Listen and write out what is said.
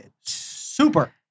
Super